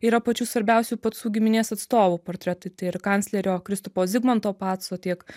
yra pačių svarbiausių pacų giminės atstovų portretai tai ir kanclerio kristupo zigmanto paco tiek